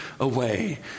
away